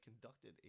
conducted